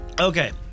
Okay